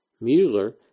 Mueller